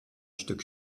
stück